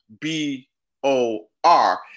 B-O-R